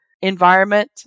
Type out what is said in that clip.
environment